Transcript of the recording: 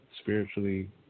spiritually